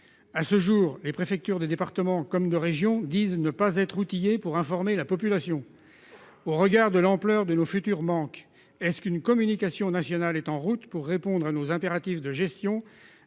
À ce jour, les préfectures de département comme de région disent ne pas être outillées pour informer la population. Au regard de l'ampleur de nos futurs manques, une communication nationale est-elle prévue pour répondre à nos impératifs de gestion